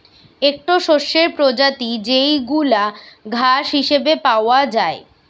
একটো শস্যের প্রজাতি যেইগুলা ঘাস হিসেবে পাওয়া যায়